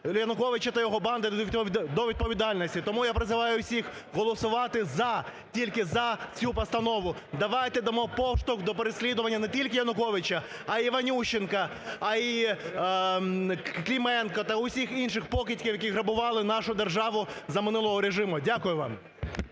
Януковича та його банди до відповідальності. Тому я призиваю всіх голосувати "за", тільки за цю постанову! Давайте дамо поштовх до переслідування не тільки Януковича, а й Іванющенка, а й Клименка та усіх інших покидьків, які грабували нашу державу за минулого режиму. Дякую вам.